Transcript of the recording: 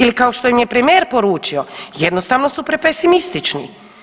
Ili, kao što im je premijer poručio, jednostavno su prepesimistični.